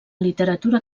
literatura